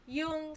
yung